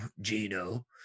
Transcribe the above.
Gino